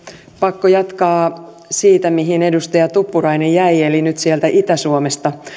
pakko jatkaa siitä mihin edustaja tuppurainen jäi eli nyt sieltä itä suomesta